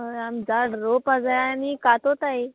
हय आमी झाड रोवपा जाय आनी कातोताय